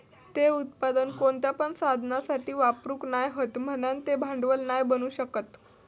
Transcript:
ते उत्पादन कोणत्या पण साधनासाठी वापरूक नाय हत म्हणान ते भांडवल नाय बनू शकत